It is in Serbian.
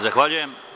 Zahvaljujem.